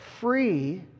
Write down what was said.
free